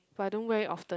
but I don't wear it often